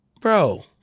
Bro